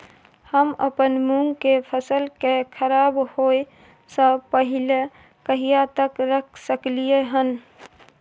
हम अपन मूंग के फसल के खराब होय स पहिले कहिया तक रख सकलिए हन?